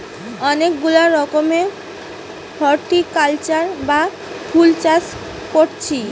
অনেক গুলা রকমের হরটিকালচার বা ফুল চাষ কোরছি